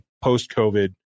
post-COVID